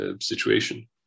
situation